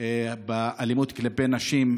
באלימות כלפי נשים,